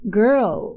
girl